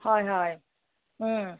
হয় হয়